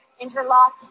interlock